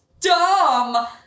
dumb